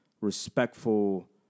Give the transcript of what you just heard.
respectful